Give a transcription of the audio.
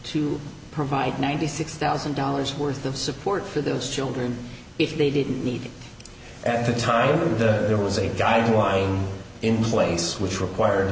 to provide ninety six thousand dollars worth of support for those children if they didn't meet at the time of the there was a guideline in place which required